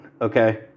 okay